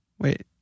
wait